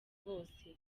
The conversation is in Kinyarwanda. bose